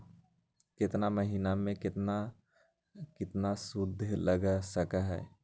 केतना महीना में कितना शुध लग लक ह?